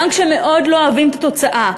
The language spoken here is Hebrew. גם כשמאוד לא אוהבים את התוצאה.